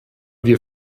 wir